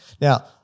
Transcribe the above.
Now